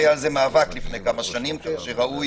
היה על זה מאבק לפני כמה שנים שראוי